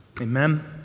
Amen